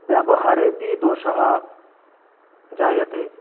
व्यवहारेऽपि दोषः जायते